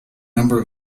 number